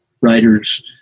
writers